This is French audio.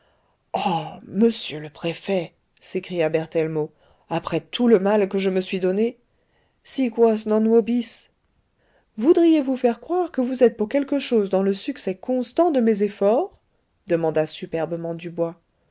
monsieur le préfet s'écria berthellemot après tout le mal que je me suis donné sic vos non vobis voudriez-vous faire croire que vous êtes pour quelque chose dans le succès constant de mes efforts demanda superbement dubois